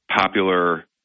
popular